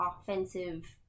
offensive